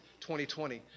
2020